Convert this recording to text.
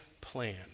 plan